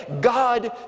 God